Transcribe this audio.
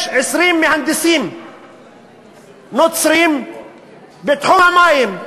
יש 20 מהנדסים נוצרים בתחום המים,